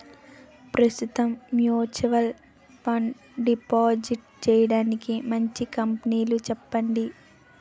ప్రస్తుతం mutual fund deposit చేయడానికి మంచి కంపెనీలు చెప్పండి